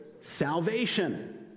salvation